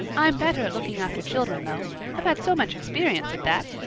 i'm better at looking after children, though. i've had so much experience at that.